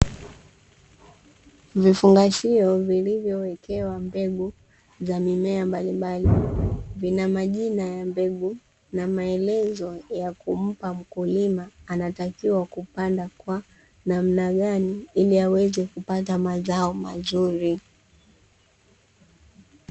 Vifungashio vilivyowekewa mbegu za mimea mbalimbali vina majina ya mbegu na maelezo ya kumpa mkulima, anatakiwa kupanda kwa namna gani ili aweze kupata mazao mazuri.